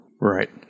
right